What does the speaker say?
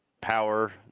power